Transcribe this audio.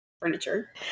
furniture